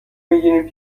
بگیریم